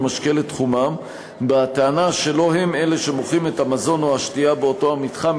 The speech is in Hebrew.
משקה לתחומם בטענה שלא הם אלה שמוכרים את המזון או השתייה באותו המתחם,